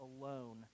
alone